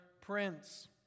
Prince